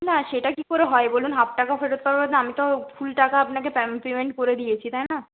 না সেটা কী করে হয় বলুন হাফ টাকা ফেরত আমি তো ফুল টাকা আপনাকে পেমেন্ট করে দিয়েছি তাই না